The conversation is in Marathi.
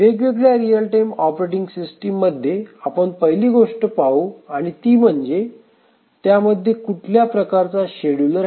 वेगवेगळ्या रियल टाइम ऑपरेटिंग सिस्टीम मध्ये आपण पहिली गोष्ट पाहू आणि ती म्हणजे त्यामध्ये कुठल्या प्रकारचा शेड्युलर आहे